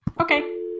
Okay